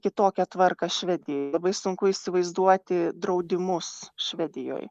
kitokią tvarką švedijoj labai sunku įsivaizduoti draudimus švedijoj